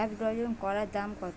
এক ডজন কলার দাম কত?